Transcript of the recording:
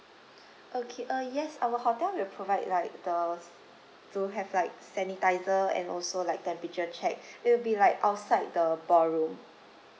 okay uh yes our hotel will provide like the to have like sanitiser and also like temperature check it will be like outside the ballroom